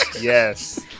Yes